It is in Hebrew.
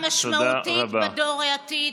נדע שמשקיעים השקעה משמעותית בדור העתיד,